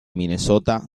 minnesota